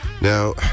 Now